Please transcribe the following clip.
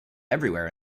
everywhere